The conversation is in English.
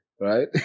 right